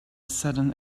sudden